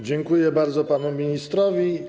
Dziękuję bardzo panu ministrowi.